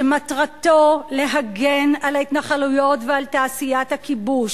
שמטרתו להגן על ההתנחלויות ועל תעשיית הכיבוש,